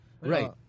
Right